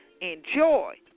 enjoy